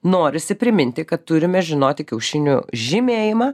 norisi priminti kad turime žinoti kiaušinių žymėjimą